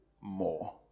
more